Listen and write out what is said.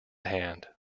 hand